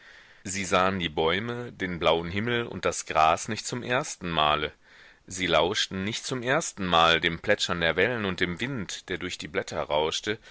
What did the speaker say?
sie sahn die bäume den blauen himmel und das gras nicht zum ersten male sie lauschten nicht zum erstenmal dem plätschern der wellen und dem wind der durch die blätter rauschte